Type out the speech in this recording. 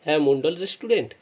হ্যাঁ মণ্ডল রেস্টুরেন্ট